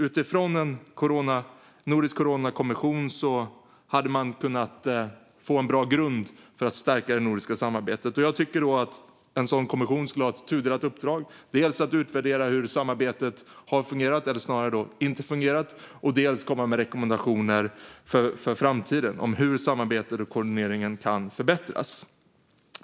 Utifrån en nordisk coronakommission hade man kunnat få en bra grund för att stärka det nordiska samarbetet. Jag tycker att en sådan kommission skulle ha ett tudelat uppdrag och dels utvärdera hur samarbetet har fungerat, eller snarare inte fungerat, dels komma med rekommendationer för framtiden om hur samarbetet och koordineringen kan förbättras.